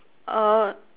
a